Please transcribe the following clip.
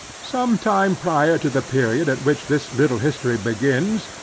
some time prior to the period at which this little history begins,